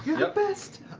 the best